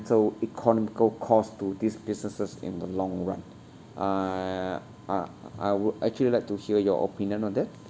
economical cost to these businesses in the long run ah ah I would actually like to hear your opinion on that